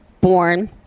born